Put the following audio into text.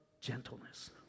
gentleness